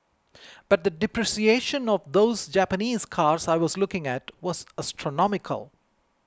but the depreciation of those Japanese cars I was looking at was astronomical